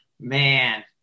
Man